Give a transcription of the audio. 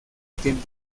quien